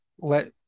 let